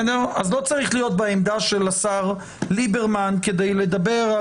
אז לא צריך להיות בעמדה של השר ליברמן כדי לדבר,